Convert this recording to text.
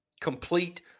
Complete